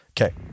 Okay